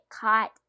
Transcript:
caught